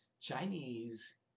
Chinese